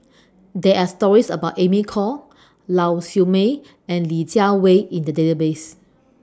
There Are stories about Amy Khor Lau Siew Mei and Li Jiawei in The Database